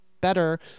better